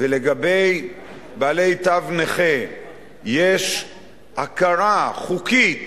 שלגבי בעלי תו נכה יש הכרה חוקית